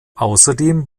außerdem